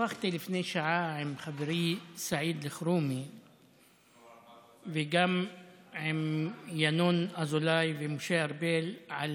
שוחחתי לפני שעה עם חברי סעיד אלחרומי וגם עם ינון אזולאי ומשה ארבל על